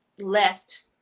left